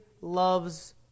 loves